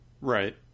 Right